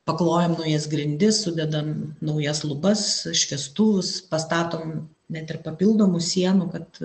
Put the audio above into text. paklojom naujas grindis sudedam naujas lubas šviestuvus pastatom net ir papildomų sienų kad